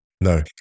No